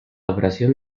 operación